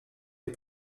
les